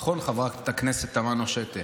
נכון, חברת הכנסת תמנו שטה?